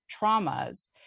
traumas